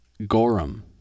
Gorum